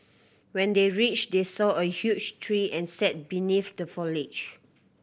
when they reached they saw a huge tree and sat beneath the foliage